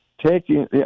Taking